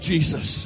Jesus